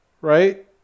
Right